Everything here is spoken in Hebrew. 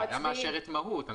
הוועדה מאשרת מהות,